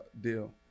deal